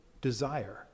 desire